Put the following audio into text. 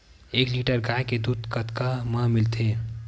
एक लीटर गाय के दुध कतका म मिलथे?